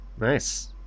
Nice